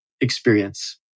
experience